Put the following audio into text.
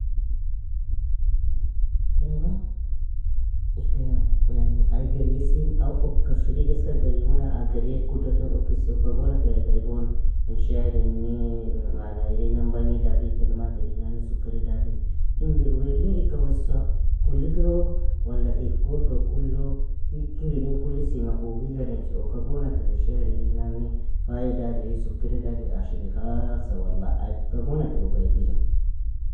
يلا ika yani ay geriysin, aw ukk ashrig eska geriymu, la aa geriy ku doton ukisi, uka gona kir ayg aibon, in shirini معني irinan bagndagi, كلمات irinane sukiredage ing ir wea lea ika wessa kulikiro? Wala ir koto kulo? Hikir irin kulisinga uga igadainch uka gona kir in شعر irinane fayadagi, sukiradagi, ashri khalsa والله uka gonakir uga ibijon.